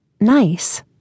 Nice